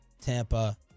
Tampa